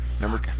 Number